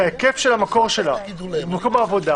שההיקף של המקור שלה הוא מקום העבודה